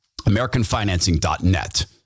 Americanfinancing.net